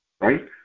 right